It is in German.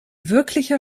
wirklicher